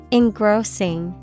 engrossing